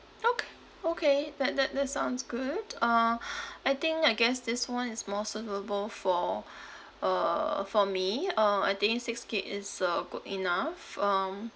ok~ okay that that that sounds good uh I think I guess this [one] is more suitable for uh for me uh I think six gig is uh good enough um